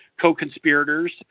co-conspirators